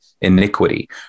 iniquity